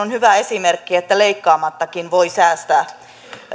on hyvä esimerkki että leikkaamattakin voi säästää